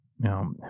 Now